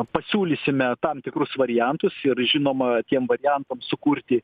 pasiūlysime tam tikrus variantus ir žinoma tiem variantam sukurti